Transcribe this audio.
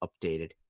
updated